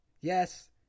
yes